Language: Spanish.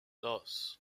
dos